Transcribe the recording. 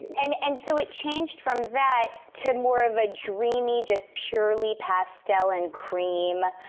and and so it changed from that to more of a dreamy just purely pastel and cream